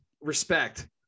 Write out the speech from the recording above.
respect